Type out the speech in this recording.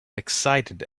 excited